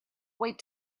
wait